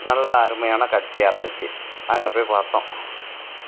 நல்லா அருமையான காட்சியாக இருந்துச்சு அங்கே போய் பார்த்தோம்